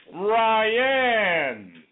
Ryan